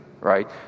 right